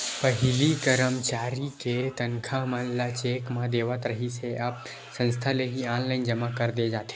पहिली करमचारी के तनखा मन ल चेक म देवत रिहिस हे अब संस्था ले ही ऑनलाईन जमा कर दे जाथे